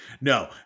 No